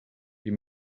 die